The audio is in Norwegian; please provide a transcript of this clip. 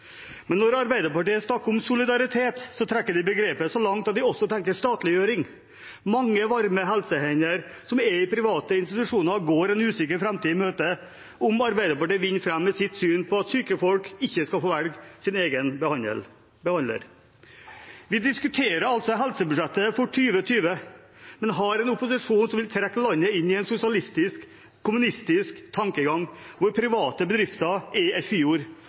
Men når Arbeiderpartiet snakker om solidaritet, trekker de begrepet så langt at de også tenker statliggjøring. Mange varme helsehender i private institusjoner går en usikker framtid i møte om Arbeiderpartiet vinner fram med sitt syn på at syke mennesker ikke skal få velge sin egen behandler. Vi diskuterer altså helsebudsjettet for 2020, men har en opposisjon som vil trekke landet inn i en sosialistisk, kommunistisk tankegang, hvor private bedrifter er et